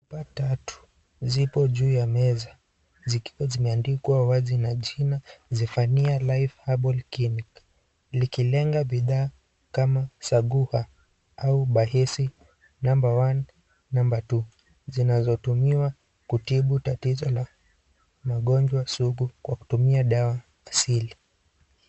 Chupa tatu zipo juu ya meza , zikiwa zimeandikwa wazii na jina Zephania life herbal clinic likilenga bidhaa kama saguha au bahisi number one number two zinazotumiwa kutibu tatizo ya magonjwa sugu kwa kutumia dawa asili.